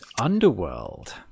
Underworld